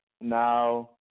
Now